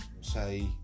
say